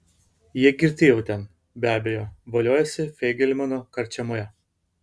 jie girti jau ten be abejo voliojasi feigelmano karčiamoje